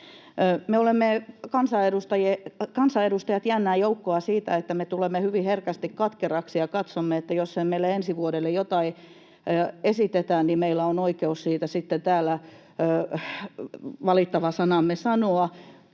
tehty. Me kansanedustajat olemme jännää joukkoa siinä, että me tulemme hyvin herkästi katkeriksi ja katsomme, että jos ei meille ensi vuodelle jotain esitetä, niin meillä on oikeus siitä sitten täällä valittava sanamme sanoa